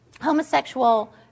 homosexual